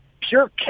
pure